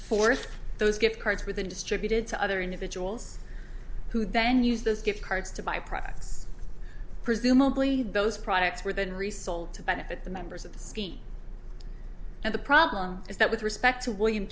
for those gift cards with a distributed to other individuals who then used those gift cards to buy products presumably those products were then resold to benefit the members of the scheme and the problem is that with respect to william